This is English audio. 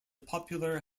popular